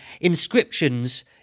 inscriptions